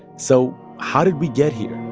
so how did we get here?